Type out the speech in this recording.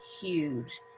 huge